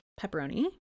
Pepperoni